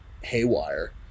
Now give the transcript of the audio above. haywire